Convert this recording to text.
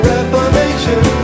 Reformation